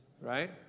right